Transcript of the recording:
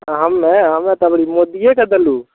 तऽ हमे हमे तऽ अबरी मोदियेके देलहुॅं